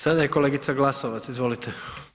Sada je kolegica Glasovac, izvolite.